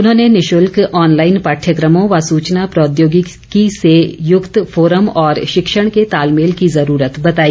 उन्होंने निःशुल्क ऑनलाईन पाठ्यक्रमों व सूचना प्रौद्योगिकी से युक्त फोरम और शिक्षण के तालमेल की ज़रूरत बताई